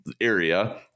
area